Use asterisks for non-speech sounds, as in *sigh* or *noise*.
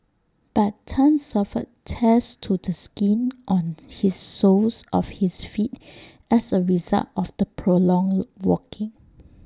but Tan suffered tears to the skin on his soles of his feet as A result of the prolonged *noise* walking